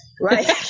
right